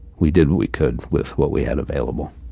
we did what we could with what we had available